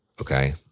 okay